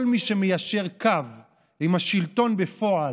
כל מי שמיישר קו עם השלטון בפועל,